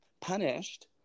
punished